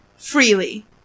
Freely